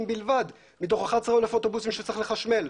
בלבד מתוך 11,000 אוטובוסים שצריך לחשמל.